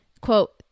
Quote